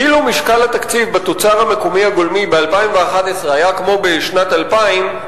אילו היה משקל התקציב בתוצר המקומי הגולמי ב-2011 כמו בשנת 2000,